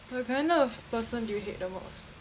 what kind of person do you hate the most